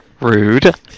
rude